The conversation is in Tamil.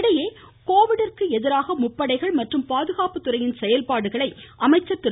இதனிடையே கோவிடிற்கு எதிராக முப்படைகள் மற்றும் பாதுகாப்புத்துறையின் செயல்பாடுகளை அமைச்சர் திரு